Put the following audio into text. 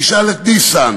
תשאל את ניסן,